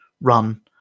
run